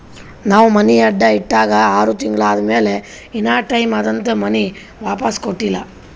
ನಾವ್ ಮನಿ ಅಡಾ ಇಟ್ಟಾಗ ಆರ್ ತಿಂಗುಳ ಆದಮ್ಯಾಲ ಇನಾ ಟೈಮ್ ಅದಂತ್ ಮನಿ ವಾಪಿಸ್ ಕೊಟ್ಟಿಲ್ಲ